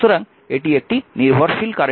সুতরাং এটি একটি নির্ভরশীল কারেন্ট উৎস